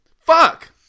Fuck